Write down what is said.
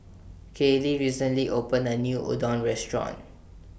Kaylee recently opened A New Udon Restaurant